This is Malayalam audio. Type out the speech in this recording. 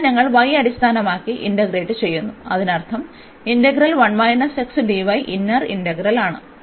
അതിനാൽ ഞങ്ങൾ y അടിസ്ഥാനമാക്കി ഇന്റഗ്രേറ്റ് ചെയ്യുന്നു അതിനർത്ഥം ഇന്റഗ്രൽ ഇന്നർ ഇന്റഗ്രലാണ്